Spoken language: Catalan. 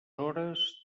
hores